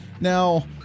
Now